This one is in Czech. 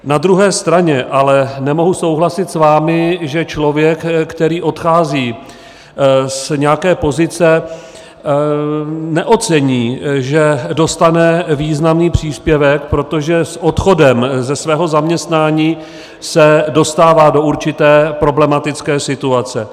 Na druhé straně ale nemohu souhlasit s vámi, že člověk, který odchází z nějaké pozice, neocení, že dostane významný příspěvek, protože s odchodem ze svého zaměstnání se dostává do určité problematické situace.